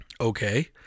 okay